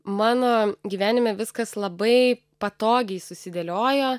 mano gyvenime viskas labai patogiai susidėliojo